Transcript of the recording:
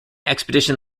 expedition